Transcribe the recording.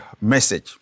message